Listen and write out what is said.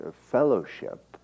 fellowship